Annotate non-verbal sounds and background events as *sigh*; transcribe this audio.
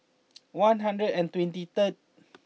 *noise* one hundred and twenty third